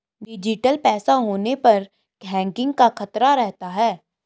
digital पैसा होने पर हैकिंग का खतरा रहता है